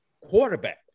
quarterback